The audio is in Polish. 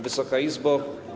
Wysoka Izbo!